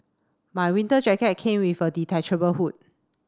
my winter jacket came with a detachable hood